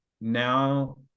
now